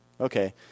Okay